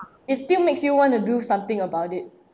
it still makes you want to do something about it